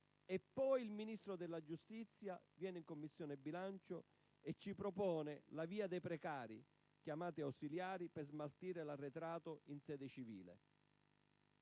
Poi il Ministro della giustizia viene in Commissione bilancio e ci propone la via dei precari, chiamati ausiliari, per smaltire l'arretrato in sede civile.